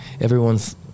everyone's